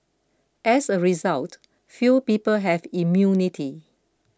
as a result few people have immunity